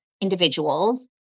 individuals